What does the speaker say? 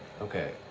Okay